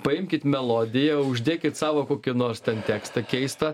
paimkit melodiją uždėkit savo kokį nors tekstą keistą